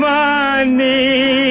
money